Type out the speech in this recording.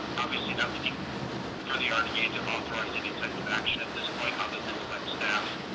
obviously not looking for the ah rda yeah to authorize any type of action at this point, other than to let staff